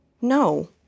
no